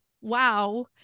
Wow